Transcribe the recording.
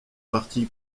parti